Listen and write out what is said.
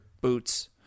boots